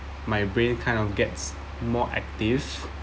my brain kind of gets more active